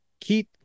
Keith